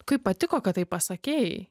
kaip patiko kad taip pasakei